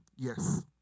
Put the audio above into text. Yes